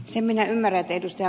sen minä ymmärrän että ed